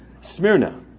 Smyrna